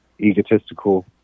egotistical